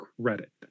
credit